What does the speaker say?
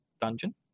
dungeon